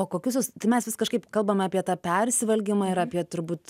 o kokius jūs mes vis kažkaip kalbame apie tą persivalgymą ir apie turbūt